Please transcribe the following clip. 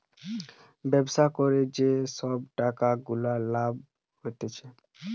ব্যবসা করে যে সব টাকা গুলা লাভ হতিছে